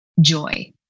joy